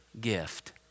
gift